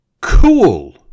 Cool